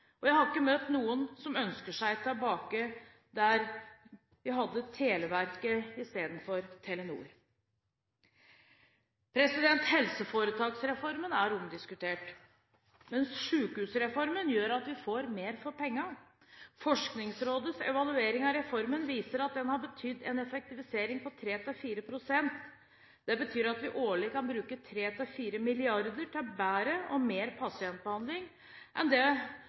Jeg har ikke møtt noen som ønsker seg tilbake til situasjonen da vi hadde Televerket i stedet for Telenor. Helseforetaksreformen er omdiskutert. Men sykehusreformen gjør at vi får mer for pengene. Forskningsrådets evaluering av reformen viser at den har betydd en effektivisering på 3–4 pst. Det betyr at vi årlig kan bruke 3–4 mrd. kr til bedre og mer pasientbehandling enn